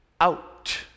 out